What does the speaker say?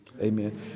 Amen